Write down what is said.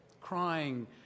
crying